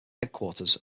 headquarters